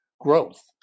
growth